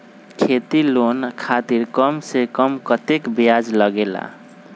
खेती लोन खातीर कम से कम कतेक ब्याज लगेला?